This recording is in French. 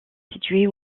située